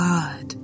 God